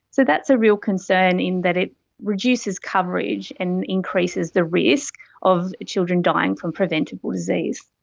so that's a real concern in that it reduces coverage and increases the risk of children dying from preventable disease.